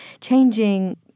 Changing